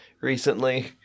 recently